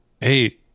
Hey